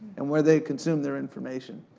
and where they consume their information.